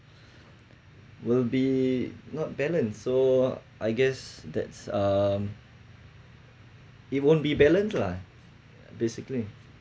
will be not balance so I guess that's um it won't be balance lah basically